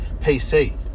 PC